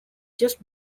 just